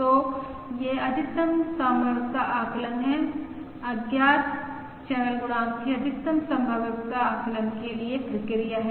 तो यह अधिकतम संभाव्यता आकलन है अज्ञात चैनल गुणांक के अधिकतम संभाव्यता आकलन के लिए प्रक्रिया है